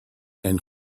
and